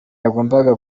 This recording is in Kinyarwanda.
yagombaga